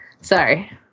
sorry